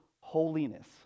holiness